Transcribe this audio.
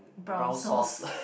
brown sauce